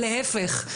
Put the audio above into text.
להיפך.